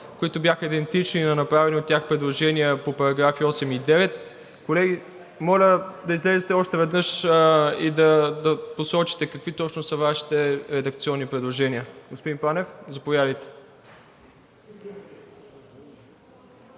които бяха идентични на направени от тях предложения по § 8 и § 9. Колеги, моля да излезете още веднъж и да посочите какви точно са Вашите редакционни предложения. Господин Панев, заповядайте.